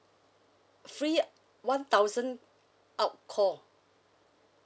free one thousand out call